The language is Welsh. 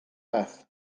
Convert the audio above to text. beth